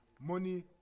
money